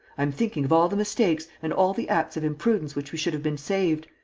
i am thinking of all the mistakes and all the acts of imprudence which we should have been saved,